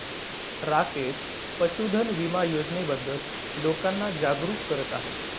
राकेश पशुधन विमा योजनेबद्दल लोकांना जागरूक करत आहे